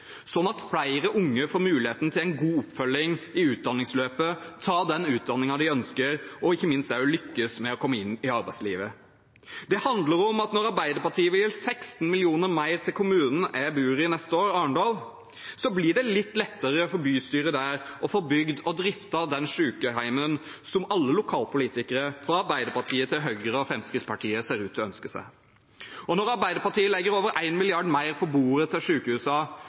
sånn at flere unge får muligheten til en god oppfølging i utdanningsløpet, kan ta den utdanningen de ønsker, og ikke minst også lykkes med å komme inn i arbeidslivet. Det handler om at når Arbeiderpartiet neste år vil gi 16 mill. kr mer til kommunen jeg bor i, Arendal, blir det litt lettere for bystyret der å få bygd og driftet det sykehjemmet som alle lokalpolitikere, fra Arbeiderpartiet til Høyre og Fremskrittspartiet, ser ut til å ønske seg. Og når Arbeiderpartiet legger over 1 mrd. kr mer på bordet til